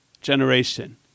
generation